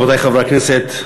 רבותי חברי הכנסת,